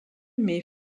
mais